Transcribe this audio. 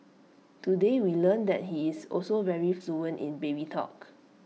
today we learned that he is also very fluent in baby talk